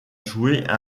jouer